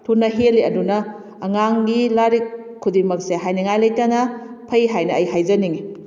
ꯊꯨꯅ ꯍꯦꯜꯂꯤ ꯑꯗꯨꯅ ꯑꯉꯥꯡꯒꯤ ꯂꯥꯏꯔꯤꯛ ꯈꯨꯗꯤꯡꯃꯛꯁꯦ ꯍꯥꯏꯅꯤꯡꯉꯥꯏ ꯂꯩꯇꯅ ꯐꯩ ꯍꯥꯏꯅ ꯑꯩ ꯍꯥꯏꯖꯅꯤꯡꯉꯤ